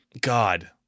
God